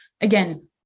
again